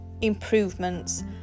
improvements